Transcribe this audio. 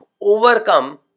overcome